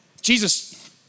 Jesus